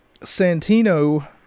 Santino